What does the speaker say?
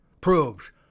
proves